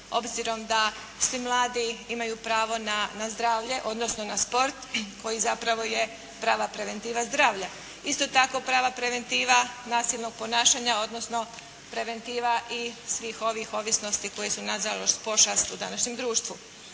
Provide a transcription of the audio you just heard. obzirom da svi mladi imaju pravo na zdravlje, odnosno na sport koji zapravo je prava preventiva zdravlja. Isto tako, prava preventiva nasilnog ponašanja, odnosno preventiva i svih ovih ovisnosti koje su na žalost pošast u današnjem društvu.